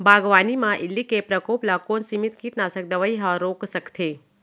बागवानी म इल्ली के प्रकोप ल कोन सीमित कीटनाशक दवई ह रोक सकथे?